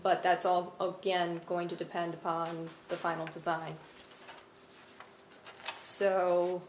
but that's all over again going to depend on the final design so